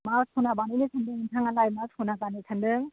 मा सना बानायनो सान्दों नोंहालाय मा सना गाननो सान्दों